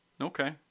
Okay